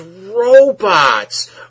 robots